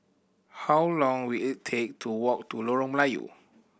how long will it take to walk to Lorong Melayu